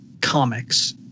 comics